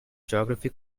geography